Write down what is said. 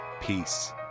Peace